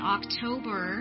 October